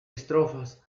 estrofas